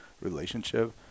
relationship